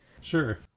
Sure